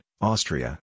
Austria